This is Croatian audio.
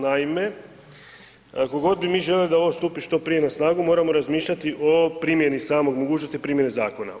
Naime, koliko god bi mi željeli da ovo stupi što prije na snagu, moramo razmišljati o primjedbi, samog, mogućnosti primjene zakona.